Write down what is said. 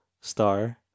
star